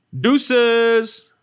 Deuces